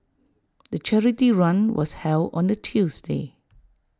the charity run was held on A Tuesday